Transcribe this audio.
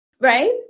right